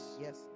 yes